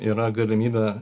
yra galimybė